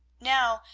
now,